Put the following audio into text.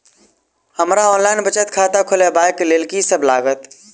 हमरा ऑनलाइन बचत खाता खोलाबै केँ लेल की सब लागत?